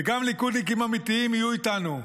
וגם ליכודניקים אמיתיים יהיו איתנו,